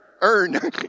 Earn